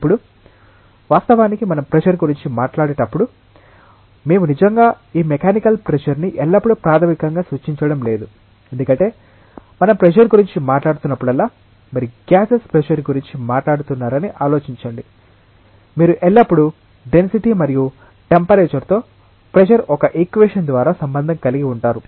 ఇప్పుడు వాస్తవానికి మనం ప్రెషర్ గురించి మాట్లాడేటప్పుడు మేము నిజంగా ఈ మెకానికల్ ప్రెషర్ ని ఎల్లప్పుడూ ప్రాథమికంగా సూచించడం లేదు ఎందుకంటే మనం ప్రెషర్ గురించి మాట్లాడుతున్నప్పుడల్లా మీరు గ్యాసెస్ ప్రెషర్ గురించి మాట్లాడుతున్నారని ఆలోచించండి మీరు ఎల్లప్పుడూ డెన్సిటీ మరియు టెంపరేచర్ తో ప్రెషర్ ని ఒక ఈక్వేషన్ ద్వారా సంబంధం కలిగి ఉంటారు